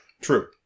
True